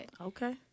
Okay